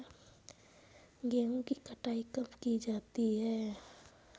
गेहूँ की कटाई कब की जाती है?